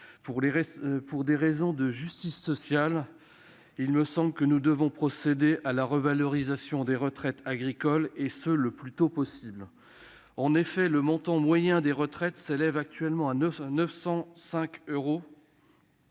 Pour des raisons de justice sociale, il me semble que nous devons procéder à la revalorisation des retraites agricoles, et cela le plus tôt possible. En effet, le montant moyen des retraites s'élève actuellement à 905 euros-